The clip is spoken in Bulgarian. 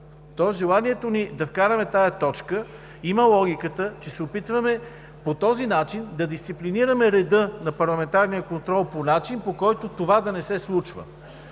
Желанието ни да вкараме тази точка има логика – по този начин се опитваме да дисциплинираме реда на парламентарния контрол по начин, по който това да не се случва.